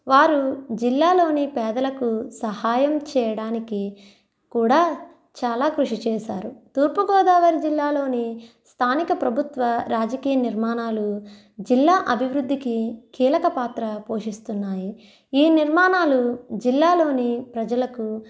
వారు జిల్లాలోని పేదలకు సహాయం చేయడానికి కూడా చాలా కృషి చేశారు తూర్పుగోదావరి జిల్లాలోని స్థానిక ప్రభుత్వ రాజకీయ నిర్మాణాలు జిల్లా అభివృద్ధికి కీలకపాత్ర పోషిస్తున్నాయి ఈ నిర్మాణాలు జిల్లాలోని ప్రజలకు